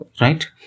right